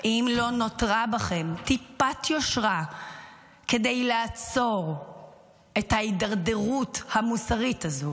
האם לא נותרה בכם טיפת יושרה כדי לעצור את ההידרדרות המוסרית הזו?